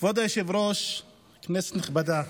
כבוד היושב-ראש, כנסת נכבדה,